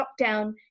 lockdown